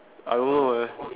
I don't know leh